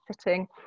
sitting